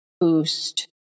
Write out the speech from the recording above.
boost